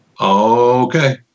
Okay